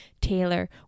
Taylor